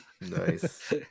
Nice